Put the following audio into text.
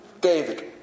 David